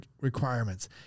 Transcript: requirements